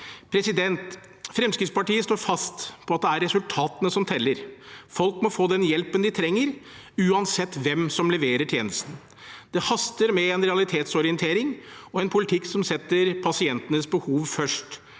Fremskrittspartiet står fast på at det er resultatene som teller. Folk må få den hjelpen de trenger, uansett hvem som leverer tjenesten. Det haster med en realitetsorientering og en politikk som setter pasientenes behov først.